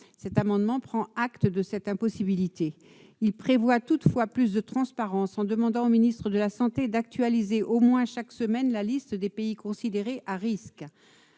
Cet amendement vise à prendre acte de cette impossibilité. Ses auteurs prévoient toutefois plus de transparence, en demandant au ministre de la santé d'actualiser au moins chaque semaine la liste des pays considérés comme à risque.